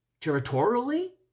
territorially